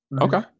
Okay